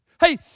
Hey